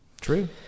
True